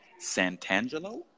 Santangelo